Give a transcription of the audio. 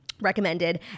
recommended